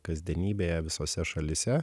kasdienybėje visose šalyse